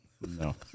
No